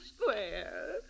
square